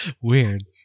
Weird